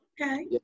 okay